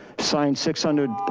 signed six hundred.